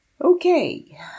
Okay